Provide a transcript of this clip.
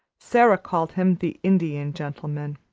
sara called him the indian gentleman.